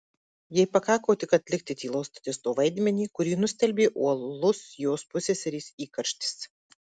jai pakako tik atlikti tylaus statisto vaidmenį kurį nustelbė uolus jos pusseserės įkarštis